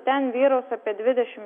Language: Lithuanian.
ten vyraus apie dvidešimt